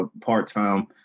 part-time